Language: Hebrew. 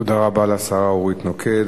תודה רבה לשרה אורית נוקד.